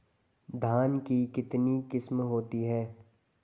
धान की कितनी किस्में होती हैं?